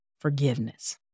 forgiveness